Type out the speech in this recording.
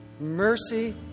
mercy